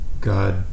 God